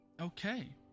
Okay